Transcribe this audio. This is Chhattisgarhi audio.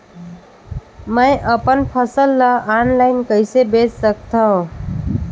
मैं अपन फसल ल ऑनलाइन कइसे बेच सकथव?